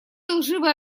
лживые